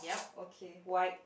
okay white